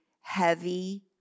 heavy